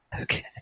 Okay